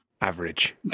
average